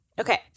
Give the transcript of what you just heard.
Okay